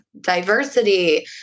diversity